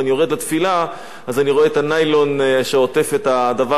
את הניילון שעוטף את הדבר הזה שזרוק לי לפתח ביתי.